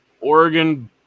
Oregon